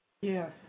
Yes